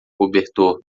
cobertor